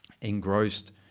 engrossed